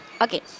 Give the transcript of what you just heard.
Okay